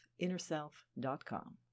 InnerSelf.com